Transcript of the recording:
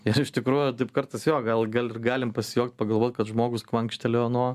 nes iš tikrųjų taip kartais jo gal gal ir galim pasijuokt pagalvt kad žmogus kvankštelėjo nuo